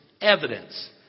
evidence